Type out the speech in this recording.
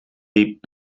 deep